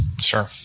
Sure